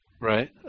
right